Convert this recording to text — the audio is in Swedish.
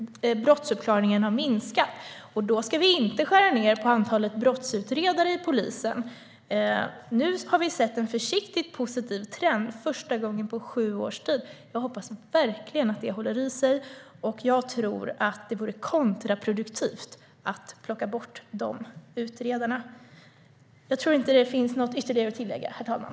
Brottsuppklaringen har minskat under sju års tid. Då ska vi inte skära ned på antalet brottsutredare i polisen. Nu har vi sett en försiktigt positiv trend för första gången på sju år. Jag hoppas verkligen att det håller i sig. Jag tror att det vore kontraproduktivt att plocka bort de utredarna. Jag tror inte att det finns något ytterligare att tillägga, herr talman.